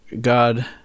God